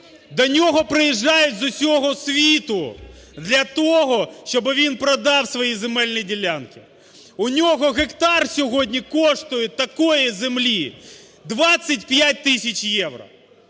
До нього приїжджають з усього світу для того, щоб він продав свої земельні ділянки. У нього гектар сьогодні коштує такої землі 25 тисяч євро.